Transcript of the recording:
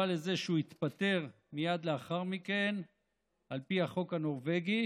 לזה שהוא יתפטר מייד לאחר מכן על פי החוק הנורבגי,